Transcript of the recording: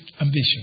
ambition